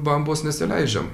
bambos nesileidžiam